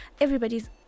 everybody's